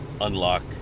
unlock